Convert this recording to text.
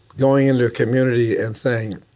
going into a community and saying,